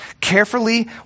carefully